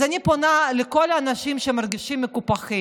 אז אני פונה לכל האנשים שמרגישים מקופחים: